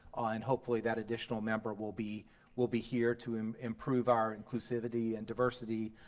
and hopefully that additional member will be will be here to um improve our inclusivity and diversity.